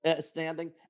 Standing